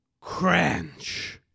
Crunch